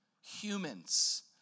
humans